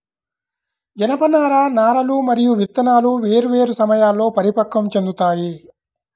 జనపనార నారలు మరియు విత్తనాలు వేర్వేరు సమయాల్లో పరిపక్వం చెందుతాయి